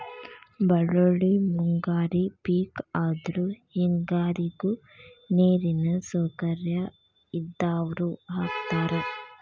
ಬಳ್ಳೋಳ್ಳಿ ಮುಂಗಾರಿ ಪಿಕ್ ಆದ್ರು ಹೆಂಗಾರಿಗು ನೇರಿನ ಸೌಕರ್ಯ ಇದ್ದಾವ್ರು ಹಾಕತಾರ